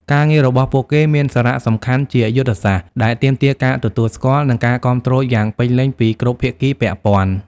ការងាររបស់ពួកគេមានសារៈសំខាន់ជាយុទ្ធសាស្ត្រ ដែលទាមទារការទទួលស្គាល់ និងការគាំទ្រយ៉ាងពេញលេញពីគ្រប់ភាគីពាក់ព័ន្ធ។